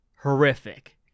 horrific